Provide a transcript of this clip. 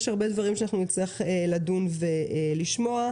יש הרבה דברים שנצטרך לדון ולשמוע.